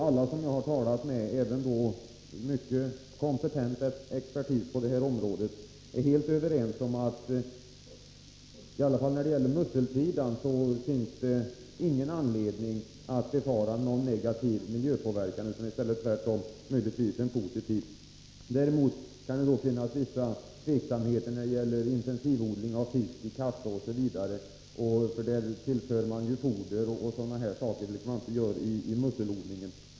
Alla som jag har talat med — även mycket kompetent expertis på detta område — är helt överens om att det i varje fall när det gäller musselodling inte finns någon anledning att befara en negativ miljöpåverkan utan tvärtom möjligtvis en positiv. Däremot kan det finnas vissa tveksamheter när det gäller t.ex. intensivodling av fisk i kasse. Där tillför man ju foder o. d., vilket man inte gör vid musselodling.